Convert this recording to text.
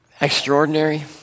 extraordinary